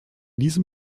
diesem